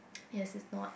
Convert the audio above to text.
yes if not